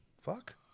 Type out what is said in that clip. Fuck